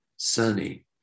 Sunny